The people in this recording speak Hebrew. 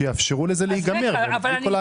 שיאפשרו לזה להיגמר בלי כל ההגבלות האלה.